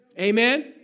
Amen